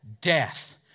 Death